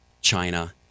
China